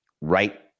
right